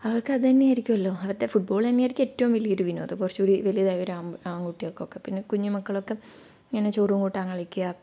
അവർക്കതു തന്നെ ആയിരിക്കുമല്ലൊ അവരുടെ ഫുട്ബോൾ തന്നെ ആയിരിക്കും ഏറ്റവും വലിയൊരു വിനോദം കുറച്ചൂകൂടി വലുതായി വരുമ്പോൾ ആൺകുട്ടികൾക്കൊക്കെ പിന്നെ കുഞ്ഞു മക്കളൊക്കെ ഇങ്ങനെ ചോറും കൂട്ടാൻ കളിക്കുക